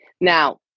Now